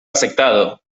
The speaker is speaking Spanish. aceptado